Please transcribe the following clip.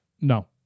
No